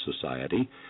society